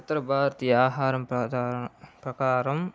ఉత్తర భారతీయ ఆహారం ప్రధా ప్రకారం